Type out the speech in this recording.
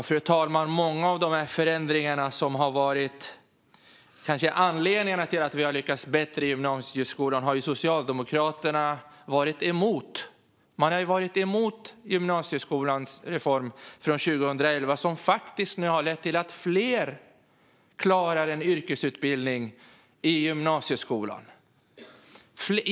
Fru talman! Många av de förändringar som kanske har varit anledningarna till att vi har lyckats bättre i gymnasieskolan har ju Socialdemokraterna varit emot. De har varit emot gymnasieskolans reform från 2011, som faktiskt nu har lett till att fler klarar en yrkesutbildning i gymnasieskolan.